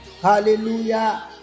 hallelujah